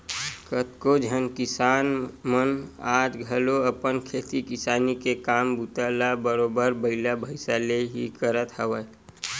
कतको झन किसान मन ह आज घलो अपन खेती किसानी के काम बूता ल बरोबर बइला भइसा ले ही करत हवय